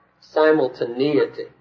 simultaneity